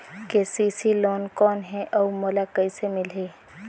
KCC loan कौन हे अउ मोला कइसे मिलही?